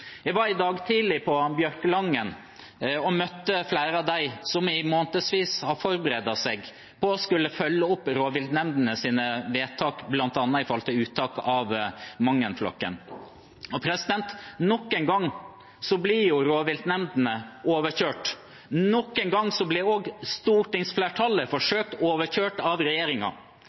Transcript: Jeg var i dag tidlig på Bjørkelangen og møtte flere av dem som i månedsvis har forberedt seg på å skulle følge opp rovviltnemndenes vedtak, bl.a. om uttak av Mangen-flokken. Nok en gang blir rovviltnemndene overkjørt. Nok en gang blir også stortingsflertallet forsøkt overkjørt av